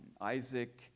Isaac